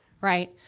right